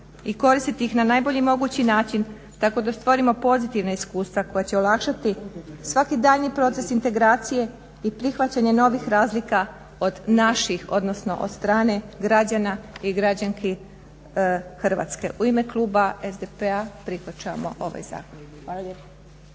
i koristiti ih na najbolji mogući način tako da stvorimo pozitivna iskustva koja će olakšati svaki daljnji proces integracije i prihvaćanje novih razlika od naših, odnosno od strane građana i građanki Hrvatske. U ime kluba SDP-a prihvaćamo ovaj zakon.